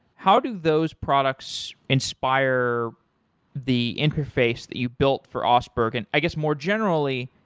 how do those products inspire the interface that you built for oseberg? and i guess more generally,